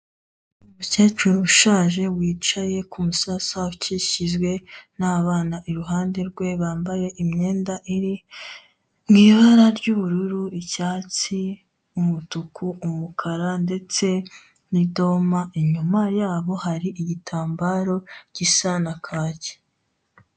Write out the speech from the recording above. Umukecuru ushaje wicaye ku musasa ukikijwe n'abana iruhande rwe bambaye imyenda iri mu ibara ry'ubururu, icyatsi, umutuku, umukara ndetse n'idoma. Inyuma yabo hari igitambaro gisa nka kake.